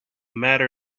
matter